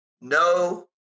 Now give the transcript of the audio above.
No